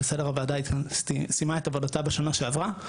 הוועדה סיימה את עבודתה בשנה שעברה,